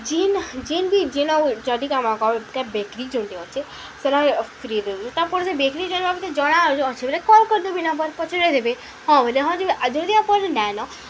ଯେନ୍ ଯେନ୍ ବି ଯେନ୍ ଯଦି ଆମର କ ବେକରୀ ଯେନ୍ ଆମର ଅଛେ ସେନେ ଫ୍ରିରେ ରୁ ତାପରେ ସେ ବେକରୀ ଜିବା ଜଣା ଅଛ ବୋଲେ କଲ୍ କରିଦେବେ ନା ପରେ ପଚାରି ଦେବେ ହଁ ବୋଇଲେ ହଁ ଯିବା ଆଉ ଯଦି ଆପରେ ନାଇଁନ